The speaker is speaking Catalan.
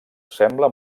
sembla